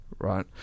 right